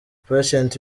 patient